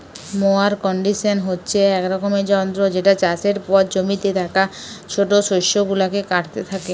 mower condition হচ্ছে এক রকমের যন্ত্র যেটা চাষের পর জমিতে থাকা ছোট শস্য গুলাকে কাটতে থাকে